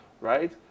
right